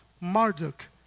Marduk